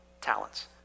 talents